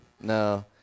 No